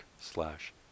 slash